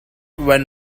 when